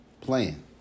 Playing